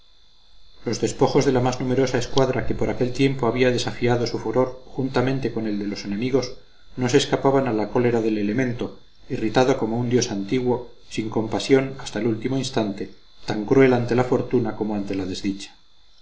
los despojos de la más numerosa escuadra que por aquel tiempo había desafiado su furor juntamente con el de los enemigos no se escapaban a la cólera del elemento irritado como un dios antiguo sin compasión hasta el último instante tan cruel ante la fortuna como ante la desdicha